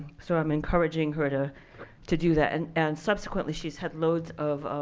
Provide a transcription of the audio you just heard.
so i'm encouraging her to to do that. and and subsequently, she's had loads of